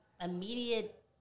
immediate